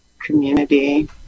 community